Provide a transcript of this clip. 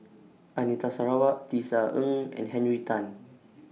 Anita Sarawak Tisa Ng and Henry Tan